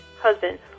Husband